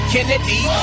Kennedy